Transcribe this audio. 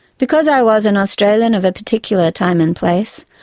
because i was an australian of a particular time and place,